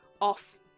off